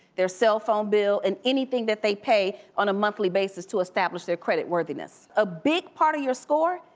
their cell phone bill and anything that they pay on a monthly basis to establish their credit worthiness. a big part of your score,